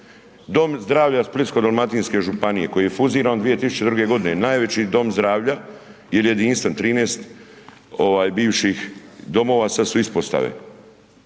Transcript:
Dom zdravlja Splitsko dalmatinske županije, koji je …/Govornik se ne razumije./… 2002. g. najveći dom zdravlja, jer je jedinstven, 13 bivših domova, sada su ispostave.